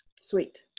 Sweet